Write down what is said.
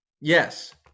Yes